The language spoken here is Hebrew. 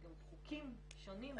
יש גם חוקים שונים לכל אחת מהקבוצות.